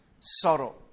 sorrow